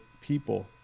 people